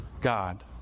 God